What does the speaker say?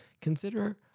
Consider